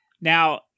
Now